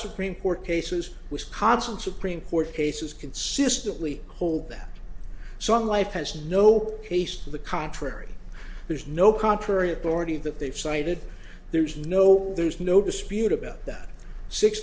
supreme court cases wisconsin supreme court cases consistently hold that song life has no case to the contrary there's no contrary authority that they've cited there's no there's no dispute about that six